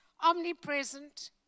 omnipresent